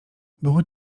było